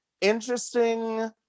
interesting